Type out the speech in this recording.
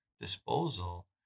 disposal